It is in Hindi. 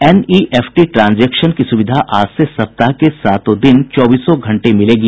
एनईएफटी ट्रांजेक्शन की सुविधा आज से सप्ताह के सातों दिन चौबीसों घंटे मिलेगी